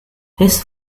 his